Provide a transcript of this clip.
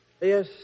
Yes